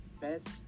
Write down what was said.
best